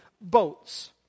boats